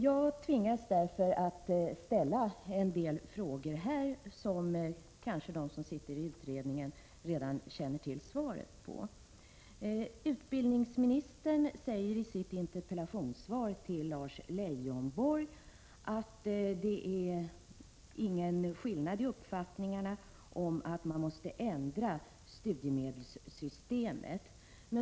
Jag tvingas därför ställa en del frågor, som de som sitter med i utredningen kanske kan svara på. Utbildningsministern säger i sitt interpellationssvar till Lars Leijonborg att det inte finns någon skillnad mellan hans och Lars Leijonborgs uppfattning när det gäller behovet av att ändra studiemedelssystemet.